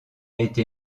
été